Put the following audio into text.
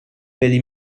peli